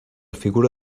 figura